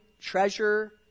treasure